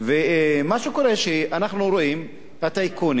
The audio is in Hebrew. מה שקורה, שאנחנו רואים, הטייקונים,